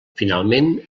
finalment